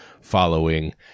following